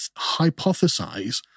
hypothesize